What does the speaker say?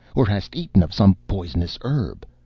or hast eaten of some poisonous herb,